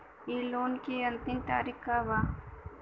इ लोन के अन्तिम तारीख का बा?